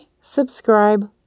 subscribe